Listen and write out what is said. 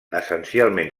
essencialment